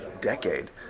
decade